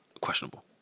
Questionable